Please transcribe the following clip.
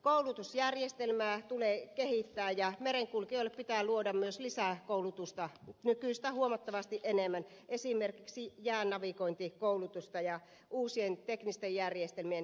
koulutusjärjestelmää tulee kehittää ja merenkulkijoille pitää luoda myös lisää koulutusta nykyistä huomattavasti enemmän esimerkiksi jäänavigointikoulutusta ja uusien teknisten järjestel mien käyttökoulutusta